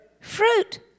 fruit